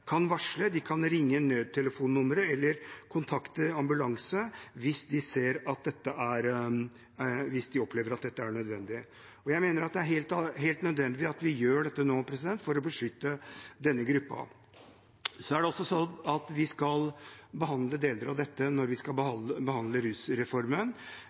varsle, de kan ringe nødtelefonnummeret eller kontakte ambulanse hvis de opplever at dette er nødvendig. Jeg mener at det er helt nødvendig at vi gjør dette nå for å beskytte denne gruppen. Så er det også sånn at vi skal behandle deler av dette når vi skal behandle rusreformen.